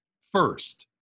first